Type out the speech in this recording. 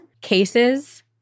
cases